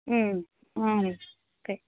ம் ம் ஓகே